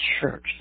church